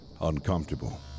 uncomfortable